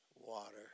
water